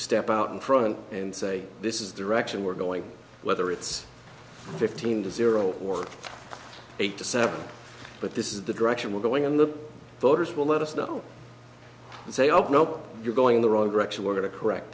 step out in front and say this is the direction we're going whether it's fifteen to zero or eight to seven but this is the direction we're going in the voters will let us know and say ok no you're going in the wrong direction we're going to correct